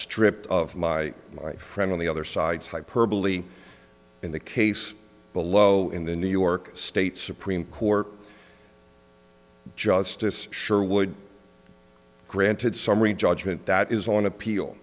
stripped of my friend on the other side's hyperbole in the case below in the new york state supreme court justice sure would granted summary judgment that is on appeal